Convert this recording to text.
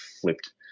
flipped